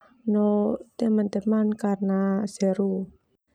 No teman-teman karena seru.